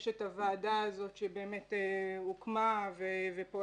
יש את הוועדה הזאת שהיא באמת הוקמה ופועלת